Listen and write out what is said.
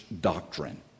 doctrine